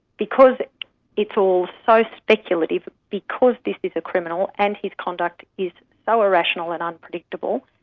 because it's all so speculative, because this is a criminal and his conduct is so irrational and unpredictable,